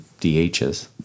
DHs